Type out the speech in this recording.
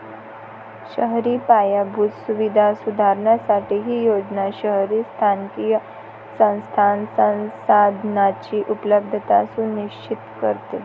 शहरी पायाभूत सुविधा सुधारण्यासाठी ही योजना शहरी स्थानिक संस्थांना संसाधनांची उपलब्धता सुनिश्चित करते